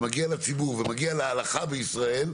ומגיע לציבור ומגיע להלכה בישראל,